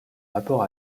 rapport